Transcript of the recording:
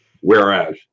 Whereas